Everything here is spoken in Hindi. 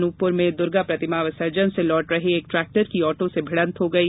अनूपपुर में दुर्गा प्रतिमा विसर्जन से लौट रहे एक ट्रैक्टर की ऑटो से भिड़ंत हो गई